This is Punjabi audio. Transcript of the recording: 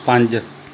ਪੰਜ